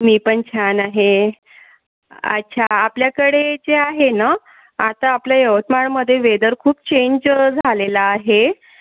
मी पण छान आहे अच्छा आपल्याकडे जे आहे ना आता आपल्या यवतमाळमधे वेदर खूप चेंज झालेलं आहे